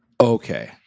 Okay